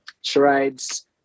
charades